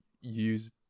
use